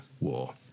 war